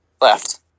left